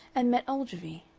and met ogilvy.